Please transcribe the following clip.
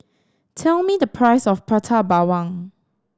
tell me the price of Prata Bawang